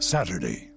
Saturday